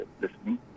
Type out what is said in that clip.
listening